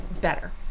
better